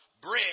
bread